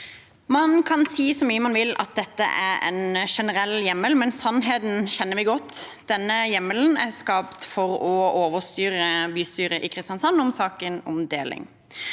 mye man vil at dette er en generell hjemmel, men sannheten kjenner vi godt: Denne hjemmelen er skapt for å overstyre bystyret i Kristiansand i saken om deling.